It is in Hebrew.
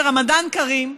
ורמדאן כרים,